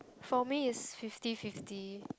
for me it's fifty fifty